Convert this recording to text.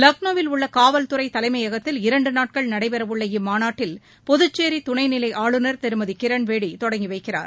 லக்னோவில் உள்ள காவல்துறை தலைமையகத்தில் இரண்டு நாட்கள் நடைபெறவுள்ள இம்மாநாட்டில் புதுச்சேரி துணைநிலை ஆளுநர் திருமதி கிரண்பேடி தொடங்கி வைக்கிறார்